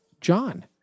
John